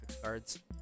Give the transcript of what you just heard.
cards